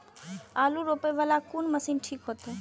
आलू रोपे वाला कोन मशीन ठीक होते?